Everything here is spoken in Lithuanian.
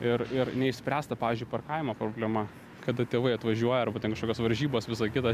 ir ir neišspręsta pavyzdžiui parkavimo problema kada tėvai atvažiuoja arba ten kažkokios varžybos visa kita